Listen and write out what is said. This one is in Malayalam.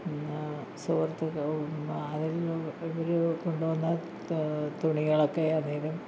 പിന്നെ സുഹൃത്തുക്കൾ ആരെങ്കിലും അവർ കൊണ്ടുവന്ന തുണികളൊക്കെ ആണെങ്കിലും